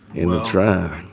in the trial.